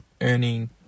earning